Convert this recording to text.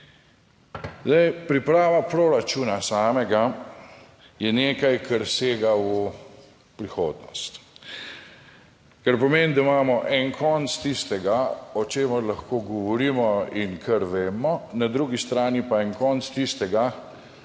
priprava proračuna samega je nekaj kar sega v prihodnost, kar pomeni, da imamo en konec tistega, o čemer lahko govorimo in kar vemo, na drugi strani pa en konec tistega,